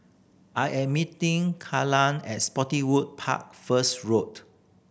I am meeting Kala at Spottiswoode Park first Road